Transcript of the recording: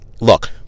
Look